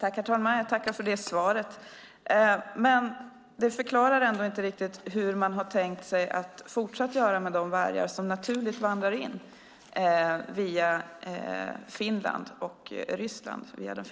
Herr talman! Jag tackar Irene Oskarsson för svaret. Det förklarar dock inte hur man har tänkt göra med de vargar som naturligt vandrar in via Finland och Ryssland.